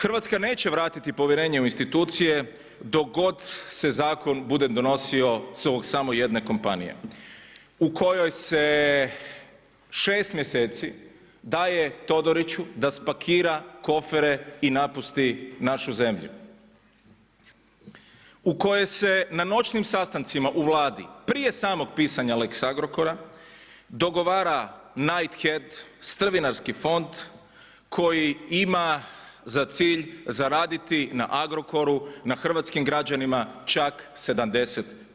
Hrvatska neće vratiti povjerenje u institucije dok god se zakon bude donosio … samo jedne kompanije u kojoj se 6 mjeseci daje Todoriću da spakira kofere i napusti našu zemlju, u kojoj se na noćnim sastancima u Vladi prije samog pisanja lex Agrokora dogovara Knighthead strvinarski fond koji ima za cilj zaraditi na Agrokoru, na hrvatskim građanima čak 70%